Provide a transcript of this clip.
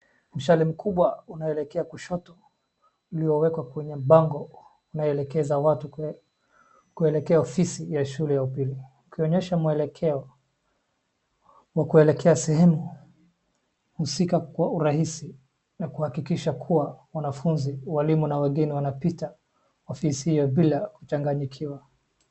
Mshale mkubwa unaelekea kushoto, uliowekwa kwenye bango inayoelekeza watu kuelekea ofisi ya shule ya upili. Ukionyesha mwelekeo wa kuelekea sehemu husika kwa urahisi, na kuhakikisha kuwa wanafunzi, walimu na wageni wanapita ofisi hiyo bila kuchanganyikiwa.